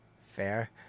fair